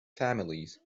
families